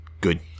good